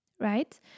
right